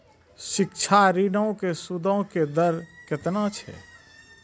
शिक्षा ऋणो के सूदो के दर केतना छै?